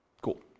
Cool